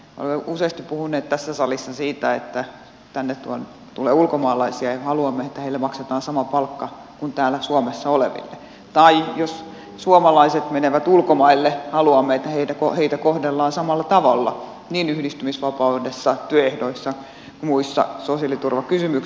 olemme useasti puhuneet tässä salissa siitä että tänne tulee ulkomaalaisia ja haluamme että heille maksetaan sama palkka kuin täällä suomessa oleville tai jos suomalaiset menevät ulkomaille haluamme että heitä kohdellaan samalla tavalla yhdistymisvapaudessa työehdoissa ja muissa sosiaaliturvakysymyksissä